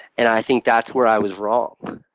and i think that's where i was wrong.